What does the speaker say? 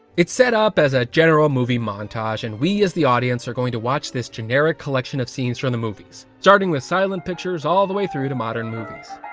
it's set up as a general movie montage and we as the audience are going to watch this generic collection of scenes from the movies, starting with silent pictures all the way through to modern movies.